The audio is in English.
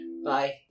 Bye